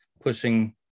pushing